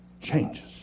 changes